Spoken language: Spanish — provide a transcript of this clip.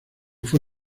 fue